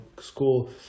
school